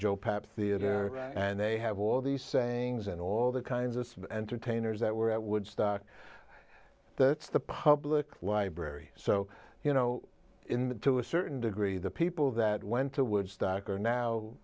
papp theater and they have all these sayings and all the kinds of entertainers that were at woodstock that's the public library so you know in that to a certain degree the people that went to woodstock are now